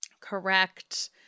correct